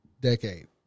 decade